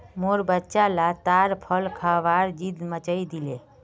मोर बच्चा ला ताड़ फल खबार ज़िद मचइ दिले